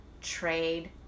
trade